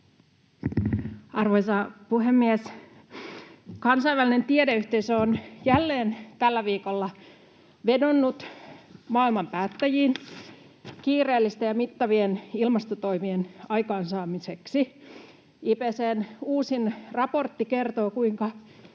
Arvoisa puhemies! Kansainvälinen tiedeyhteisö on jälleen tällä viikolla vedonnut maailman päättäjiin kiireellisten ja mittavien ilmastotoimien aikaansaamiseksi. IPCC:n uusin raportti kertoo, kuinka